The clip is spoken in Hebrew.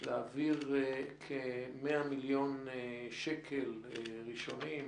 להעביר כ-100 מיליון שקלים ראשונים.